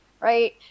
right